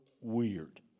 weird